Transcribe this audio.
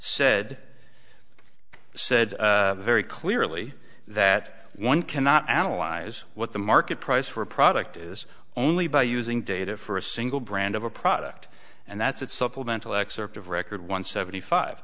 said said very clearly that one cannot analyze what the market price for a product is only by using data for a single brand of a product and that's that supplemental excerpt of record one seventy five